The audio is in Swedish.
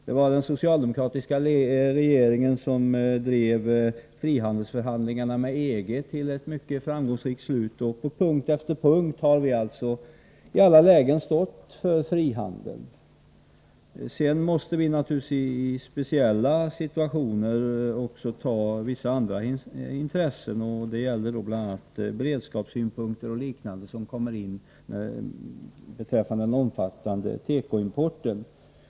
Det var den socialdemokratiska regeringen som drev frihandelsförhandlingarna med EG till ett mycket framgångsrikt slut. På punkt efter punkt har vi i alla lägen stått för frihandel. Sedan måste vi naturligtvis i speciella situationer också ta hänsyn till vissa andra intressen. Det har då gällt bl.a. beredskapssynpunkter och liknande som kommer in beträffande den omfattande tekoimporten.